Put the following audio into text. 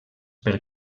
per